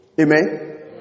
Amen